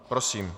Prosím.